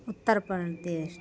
Uttar Pradesh